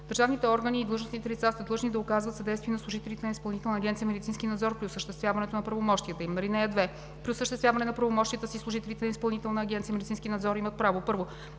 Държавните органи и длъжностните лица са длъжни да оказват съдействие на служителите на Изпълнителна агенция „Медицински надзор“ при осъществяване на правомощията им. (2) При осъществяване на правомощията си служителите на Изпълнителна агенция „Медицински надзор“ имат право: 1.